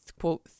quote